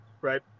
right